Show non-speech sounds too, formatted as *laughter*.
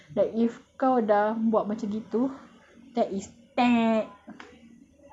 because you are attracting people like if kau dah buat macam gitu that is *noise*